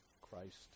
Christ